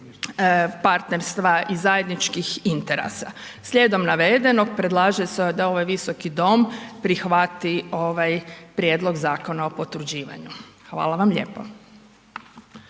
partnerstva i zajedničkih interesa. Slijedom navedenog, predlaže se da ovaj Visoki dom prihvati ovaj prijedlog zakona o potvrđivanju. Hvala vam lijepo.